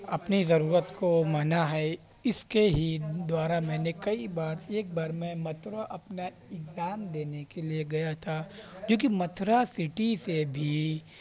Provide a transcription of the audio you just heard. اپنی ضرورت کو مانا ہے اس کے ہی دوارا میں نے کئی بار ایک بار میں متھرا اپنا اگزام دینے کے لیے گیا تھا جو کہ متھرا سٹی سے بھی